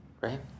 right